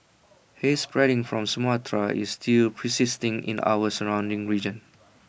haze spreading from Sumatra is still persisting in our surrounding region